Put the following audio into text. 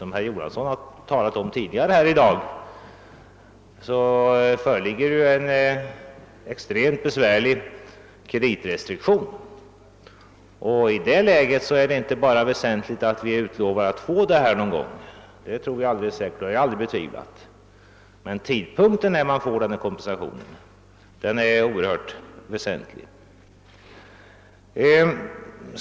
Som herr Jonasson tidigare har framhållit är kreditrestriktionerna extremt besvärliga. I det läget är det oerhört väsentligt att vi inte bara utlovar kompensation — att en sådan kommer att ges har jag aldrig betvivlat — utan att statsrådet också talar om vid vilken tidpunkt den kommer att lämnas.